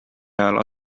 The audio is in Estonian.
ajal